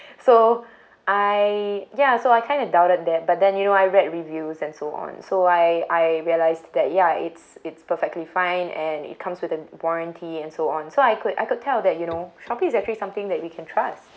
so I ya so I kinda doubted that but then you know I read reviews and so on so I I realised that ya it's it's perfectly fine and it comes with a warranty and so on so I could I could tell that you know shopee is actually something that we can trust